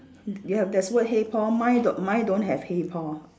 d~ you have there's word hey Paul mine d~ mine don't have hey Paul